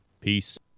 Peace